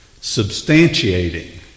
Substantiating